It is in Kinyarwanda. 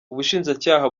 ubushinjacyaha